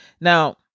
Now